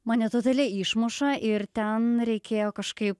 mane totaliai išmuša ir ten reikėjo kažkaip